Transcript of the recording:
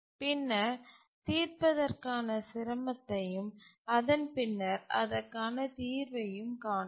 பின்னர் தீர்ப்பதற்கான சிரமத்தையும் அதன் பின்னர் அதற்கான தீர்வையும் காண்போம்